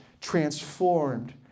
transformed